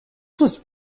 was